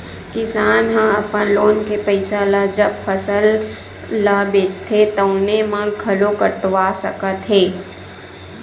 किसान ह अपन लोन के पइसा ल जब फसल ल बेचथे तउने म घलो कटवा सकत हे